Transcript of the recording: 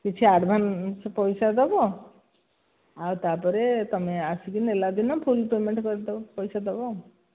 କିଛି ଆଡ଼୍ଭାନ୍ସ ପଇସା ଦେବ ଆଉ ତା'ପରେ ତୁମେ ଆସିକି ନେଲା ଦିନ ଫୁଲ୍ ପେମେଣ୍ଟ୍ କରିଦେବ ପଇସା ଦେବ ଆଉ